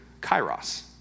kairos